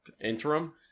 Interim